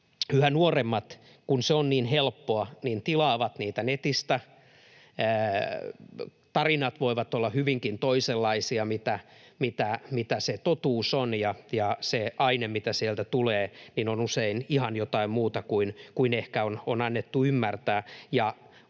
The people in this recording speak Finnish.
yhä nuoremmat, kun se on niin helppoa, tilaavat niitä netistä? Tarinat voivat olla hyvinkin toisenlaisia kuin se totuus on, ja se aine, mitä sieltä tulee, on usein ihan jotain muuta kuin ehkä on annettu ymmärtää.